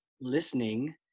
listening